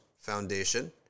foundation